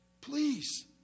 please